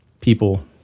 people